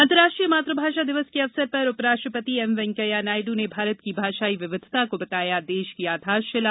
अंतर्राष्ट्रीय मातृभाषा दिवस के अवसर पर उपराष्ट्रपति एम वैकेंया नायडू ने भारत की भाषायी विविधता को बताया देश की आधारशिला